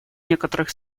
некоторых